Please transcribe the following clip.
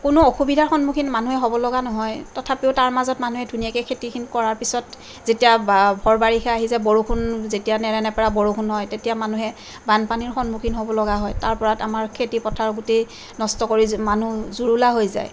কোনো অসুবিধা সন্মুখীন মানুহে হ'ব লগা নহয় তথাপিও তাৰমাজত মানুহে ধুনীয়াকে খেতিখিনি কৰাৰ পিছত যেতিয়া ঘৰ বাৰী আহি যায় বৰষুণ যেতিয়া নেৰানেপেৰা বৰষুণ হয় তেতিয়া মানুহে বানপানীৰ সন্মুখীন হ'ব লগা হয় তাৰওপৰত আমাৰ খেতি পথাৰ গোটেই নষ্ট কৰি মানুহ জুৰুলা হৈ যায়